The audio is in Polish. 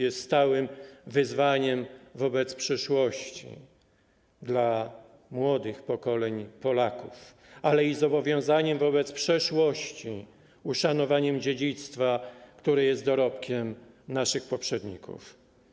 Jest stałym wyzwaniem wobec przyszłości dla młodych pokoleń Polaków, ale i zobowiązaniem wobec przeszłości, uszanowaniem dziedzictwa, które jest dorobkiem naszych poprzedników.